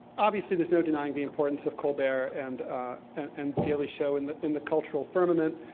obviously, there's no denying the importance of colbert, and and and daily show, in the in the cultural firmament.